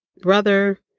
brother